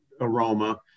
aroma